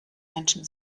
menschen